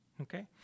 okay